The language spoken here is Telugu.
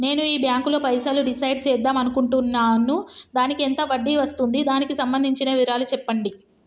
నేను ఈ బ్యాంకులో పైసలు డిసైడ్ చేద్దాం అనుకుంటున్నాను దానికి ఎంత వడ్డీ వస్తుంది దానికి సంబంధించిన వివరాలు చెప్పండి?